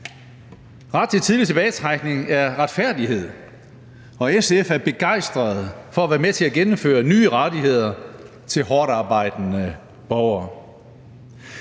Ret til tidlig tilbagetrækning er retfærdighed, og SF er begejstret for at være med til at tilføre nye rettigheder til hårdtarbejdende borgere.